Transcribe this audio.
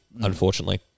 unfortunately